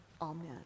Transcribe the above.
Amen